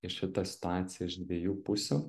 į šitą situaciją iš dviejų pusių